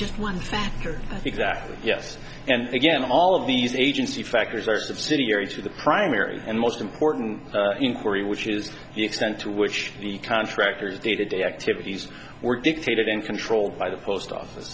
just one factor exactly yes and again all of these agency factors are subsidiary to the primary and most important inquiry which is the extent to which the contractors day to day activities were dictated and controlled by the post office